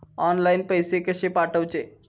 Online पैसे कशे पाठवचे?